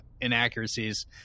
inaccuracies